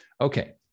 Okay